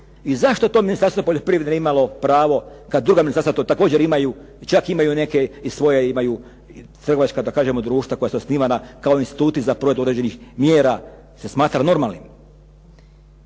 i zašto to Ministarstvo poljoprivrede nije imalo pravo kada druga ministarstva to također imaju i čak imaju neke i svoje imaju trgovačka društva koja su osnivana kao instituti za provedbu određenih mjera se smatra normalnim.